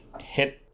hit